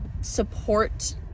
support